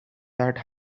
that